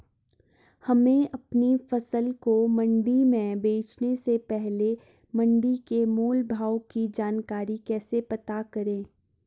हमें अपनी फसल को मंडी में बेचने से पहले मंडी के मोल भाव की जानकारी कैसे पता करें?